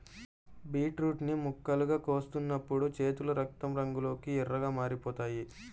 beetroot ని ముక్కలుగా కోస్తున్నప్పుడు చేతులు రక్తం రంగులోకి ఎర్రగా మారిపోతాయి